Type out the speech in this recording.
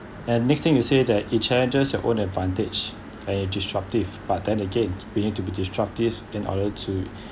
and next thing you say that it challenges your own advantage and it disruptive but then again we need to be disruptive in order to